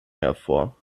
hervor